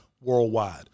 worldwide